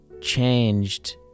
changed